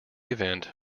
event